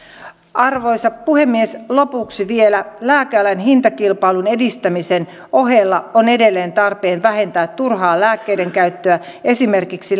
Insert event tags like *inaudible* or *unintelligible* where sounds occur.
arvoisa puhemies lopuksi vielä lääkealan hintakilpailun edistämisen ohella on edelleen tarpeen vähentää turhaa lääkkeiden käyttöä esimerkiksi *unintelligible*